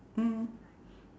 mm